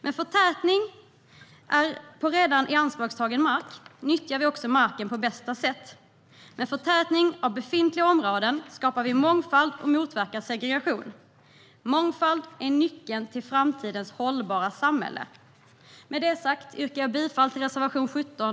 Med förtätning av redan i ianspråktagen mark nyttjar vi också marken på bästa sätt. Med förtätning av befintliga områden skapar vi mångfald och motverkar segregation. Mångfald är nyckeln till framtidens hållbara samhälle. Med det sagt yrkar jag bifall till reservation 17.